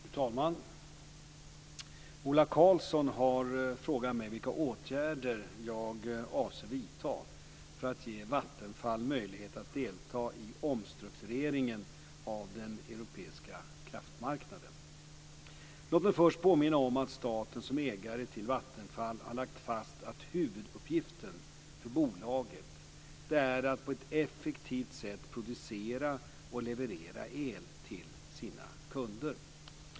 Fru talman! Ola Karlsson har frågat mig vilka åtgärder jag avser vidta för att ge Vattenfall möjlighet att delta i omstruktureringen av den europeiska kraftmarknaden. Låt mig först påminna om att staten som ägare till Vattenfall har lagt fast att huvuduppgiften för bolaget är att på ett effektivt sätt producera och leverera el till sina kunder.